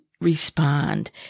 respond